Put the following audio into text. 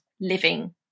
living